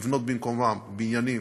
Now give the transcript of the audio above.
לבנות במקומם בניינים,